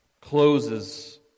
closes